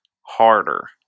harder